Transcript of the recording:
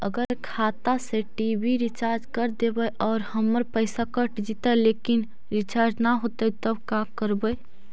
अगर खाता से टी.वी रिचार्ज कर देबै और हमर पैसा कट जितै लेकिन रिचार्ज न होतै तब का करबइ?